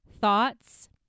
thoughts